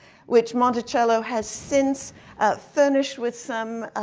which monticello has since furnished with some